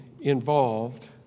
involved